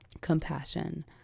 compassion